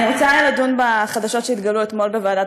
אני רוצה לדון בחדשות שהתגלו אתמול בוועדת